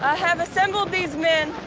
have assembled these men,